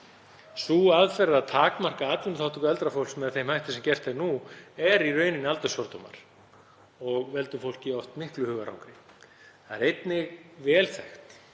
Sú aðferð að takmarka atvinnuþátttöku eldra fólks með þeim hætti sem gert er nú eru í rauninni aldursfordómar og veldur fólki oft miklu hugarangri. Það er einnig vel